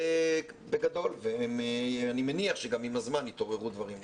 זה בגדול ואני מניח שגם עם הזמן יתעוררו דברים נוספים.